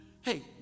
Hey